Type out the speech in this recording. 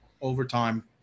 overtime –